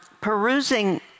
perusing